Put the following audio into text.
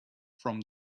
from